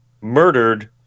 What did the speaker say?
murdered